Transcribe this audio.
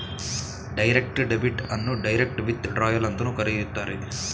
direct debit ಅನ್ನು direct withdrawal ಅಂತಲೂ ಕರೆಯುತ್ತಾರೆ